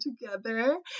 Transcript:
together